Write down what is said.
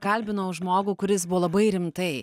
kalbinau žmogų kuris buvo labai rimtai